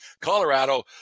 Colorado